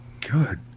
Good